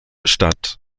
statt